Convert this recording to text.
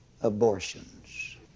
abortions